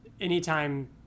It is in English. Anytime